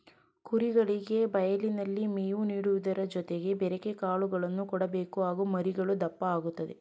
ಕುರಿಗಳಿಗೆ ಬಯಲಿನಲ್ಲಿ ಮೇವು ನೀಡುವುದರ ಜೊತೆಗೆ ಬೆರೆಕೆ ಕಾಳುಗಳನ್ನು ಕೊಡಬೇಕು ಆಗ ಮರಿಗಳು ದಪ್ಪ ಆಗುತ್ತದೆ